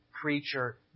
creature